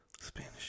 Spanish